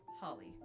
Holly